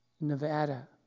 Nevada